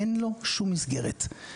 אין לו שום מסגרת.